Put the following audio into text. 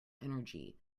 energy